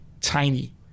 tiny